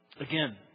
Again